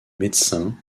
médecin